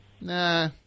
Nah